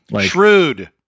shrewd